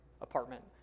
apartment